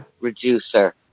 reducer